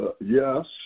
yes